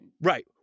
Right